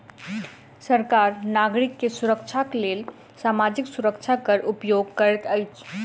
सरकार नागरिक के सुरक्षाक लेल सामाजिक सुरक्षा कर उपयोग करैत अछि